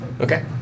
Okay